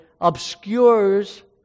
obscures